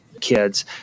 kids